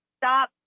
stop